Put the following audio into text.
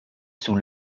sous